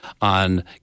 on